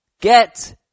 Get